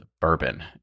bourbon